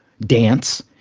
dance